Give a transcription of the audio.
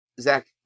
Zach